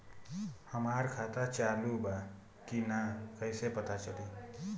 हमार खाता चालू बा कि ना कैसे पता चली?